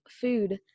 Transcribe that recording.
food